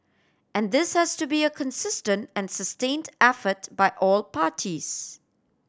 and this has to be a consistent and sustained effort by all parties